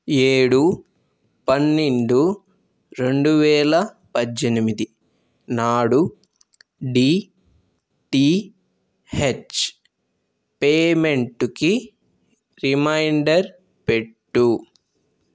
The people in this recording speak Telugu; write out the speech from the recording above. ఏడు పన్నెండు రెండు వేల పద్దెనిమిది నాడు డిటిహెచ్ పేమెంటుకి రిమైండర్ పెట్టు